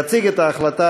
יציג את ההחלטה,